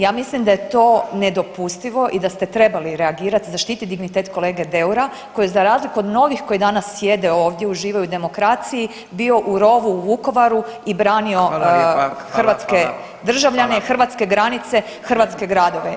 Ja mislim da je to nedopustivo i da ste trebali reagirati i zaštiti dignitet kolege Deura koji je za razliku od mnogih koji danas sjede ovdje i uživaju u demokraciji bio u rovu u Vukovaru i branio [[Upadica: Hvala lijepa.]] hrvatske državljane i hrvatske granice, hrvatske gradove.